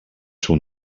seu